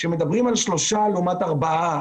כשמדברים על שלושה לעומת ארבעה,